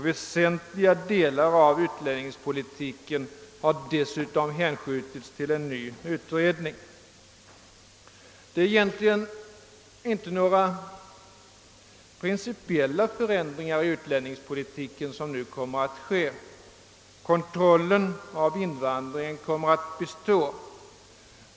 Väsentliga delar av utlänningspolitiken har dessutom hänskjutits till en ny utredning. Det är egentligen inte några principiella förändringar i utlänningspolitiken som nu kommer att vidtagas. Kontrollen av invandringen kommer att bestå.